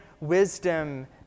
wisdom